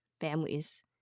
families